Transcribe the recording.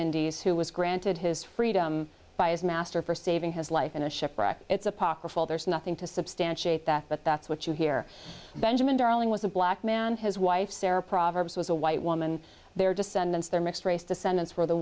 indies who was granted his freedom by his master for saving his life in a shipwreck it's apocryphal there's nothing to substantiate that but that's what you hear benjamin darling was a black man his wife sara proverbs was a white woman their descendants their mixed race descendants were the